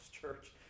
church